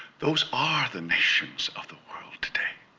those are the nations of the world today.